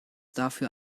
dafür